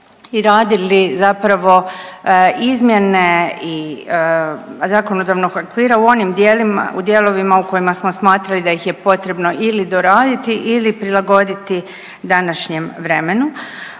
i radili zapravo izmjene i zakonodavnog okvira u onim dijelima, u dijelovima u kojima smo smatrali da ih je potrebno ili doraditi ili prilagoditi današnjem vremenu.